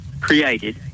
created